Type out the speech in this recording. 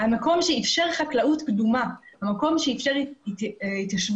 המקום שאפשר חקלאות קדומה, המקום שאפשר התיישבות.